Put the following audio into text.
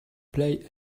play